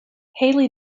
haile